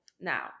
now